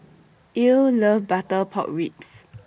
Ilo loves Butter Pork Ribs